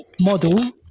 model